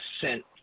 percent